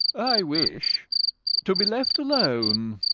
i wish to be left alone,